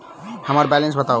हम्मर बैलेंस बताऊ